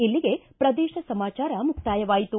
ಇಲ್ಲಿಗೆ ಪ್ರದೇಶ ಸಮಾಚಾರ ಮುಕ್ತಾಯವಾಯಿತು